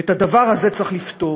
ואת הדבר הזה צריך לפתור,